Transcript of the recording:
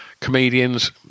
comedians